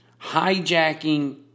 Hijacking